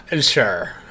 Sure